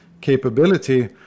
capability